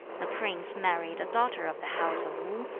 the prince married a daughter of the house of wu,